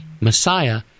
Messiah